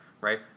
right